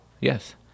Yes